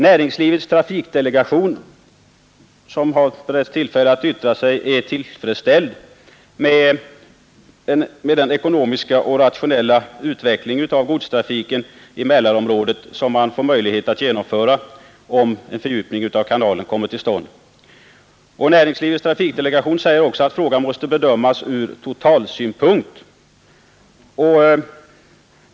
Näringslivets trafikdelegation, som har beretts tillfälle att yttra sig, är tillfredsställd med den ekonomiska och rationella utveckling av godstrafiken i Mälarområdet som man får möjlighet att genomföra om en fördjupning av kanalen kommer till stånd. Näringslivets trafikdelegation säger också att frågan måste bedömas ur totalsynpunkt.